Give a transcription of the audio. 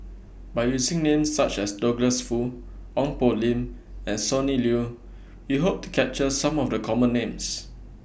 By using Names such as Douglas Foo Ong Poh Lim and Sonny Liew We Hope to capture Some of The Common Names